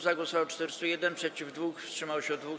Za głosowało 401, przeciw - 2, wstrzymało się 2.